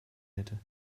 hätte